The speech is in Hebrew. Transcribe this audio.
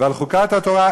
ועל חוקת התורה,